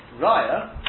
Raya